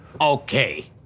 Okay